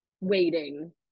waiting